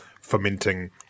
fermenting